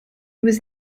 was